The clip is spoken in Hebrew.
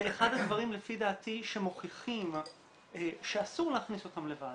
זה אחד הדברים לפי דעתי שמוכיחים שאסור להכניס אותם לוועדות.